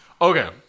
Okay